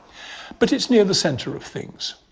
but it's near the center of things,